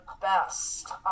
best